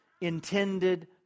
intended